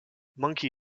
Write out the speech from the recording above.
monkey